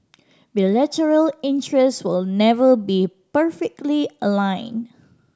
bilateral interest will never be perfectly aligned